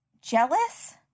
jealous